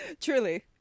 Truly